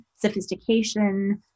sophistication